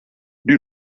die